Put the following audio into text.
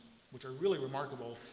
which are really remarkable,